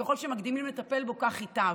וככל שמקדימים לטפל בה כך ייטב.